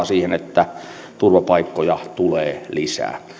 siihen että turvapaikkoja tulee lisää